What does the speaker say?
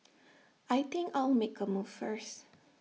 I think I'll make A move first